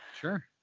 Sure